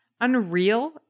Unreal